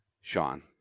Sean